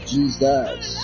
Jesus